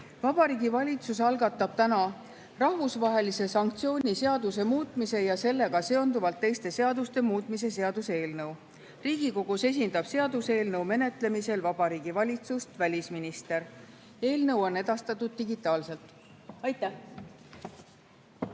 Vabariigi Valitsus algatab täna rahvusvahelise sanktsiooni seaduse muutmise ja sellega seonduvalt teiste seaduste muutmise seaduse eelnõu. Riigikogus esindab seaduseelnõu menetlemisel Vabariigi Valitsust välisminister. Eelnõu on edastatud digitaalselt. Head